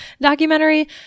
documentary